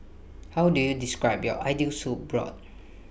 how do you describe your ideal soup broth